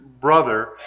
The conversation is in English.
brother